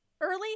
early